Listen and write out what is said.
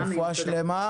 תודה.